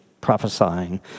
prophesying